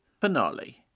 Finale